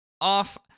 off